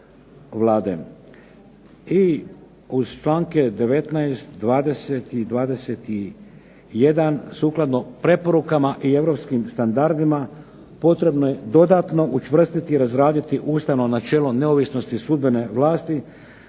I uz članke 19., 20. i 21. sukladno preporukama i europskim standardima potrebno je dodatno učvrstiti i razraditi ustavno načelo neovisnosti sudbene vlasti